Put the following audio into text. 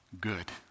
good